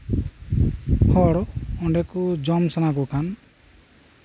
ᱦᱚᱲ ᱚᱱᱰᱮ ᱠᱚ ᱡᱚᱢ ᱥᱟᱱᱟ ᱠᱚᱠᱷᱟᱱ